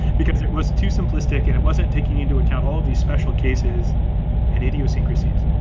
because it was too simplistic and it wasn't taking into account all these special cases and idiosyncrasies.